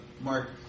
Mark